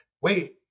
wait